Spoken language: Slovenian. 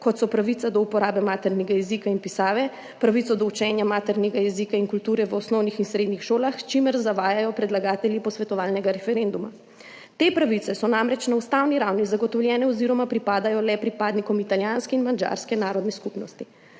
kot so pravica do uporabe maternega jezika in pisave, pravica do učenja maternega jezika in kulture v osnovnih in srednjih šolah, s čimer zavajajo predlagatelji posvetovalnega referenduma. Te pravice so namreč na ustavni ravni zagotovljene oziroma pripadajo le pripadnikom italijanske in madžarske narodne skupnosti.